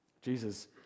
Jesus